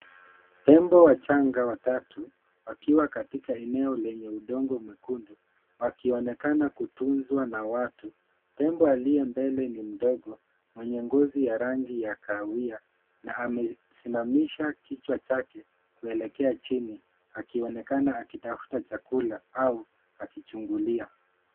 Tembo wachanga watatu, wakiwa katika eneo lenye udongo mwekundu, wakionekana kutunzwa na watu. . Tembo alie mbele ni mdogo, mwenye ngozi ya rangi ya kahawia na amesimamisha kichwa chake kuelekea chini, akionekana akitafuta chakula au akichungulia.